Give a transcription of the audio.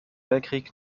weltkrieg